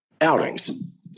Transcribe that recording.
Outings